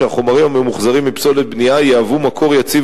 שהחומרים הממוחזרים מפסולת בנייה יהוו מקור יציב